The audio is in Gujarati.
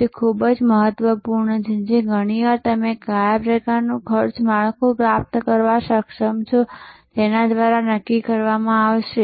તે ખૂબ જ મહત્વપૂર્ણ છે જે ઘણીવાર તમે કયા પ્રકારનું ખર્ચ માળખું પ્રાપ્ત કરવા સક્ષમ છો તેના દ્વારા નક્કી કરવામાં આવશે